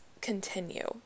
continue